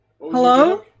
Hello